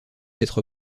être